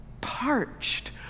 parched